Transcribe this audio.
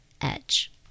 edge